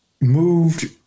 moved